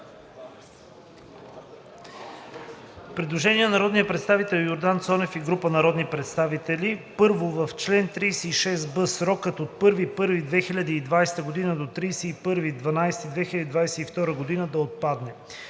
Предложение на народния представител Йордан Цонев u група народни представители: „1. В чл. 36б срокът от 1.01.2020 г. до 31.12.2022 г. да отпадне.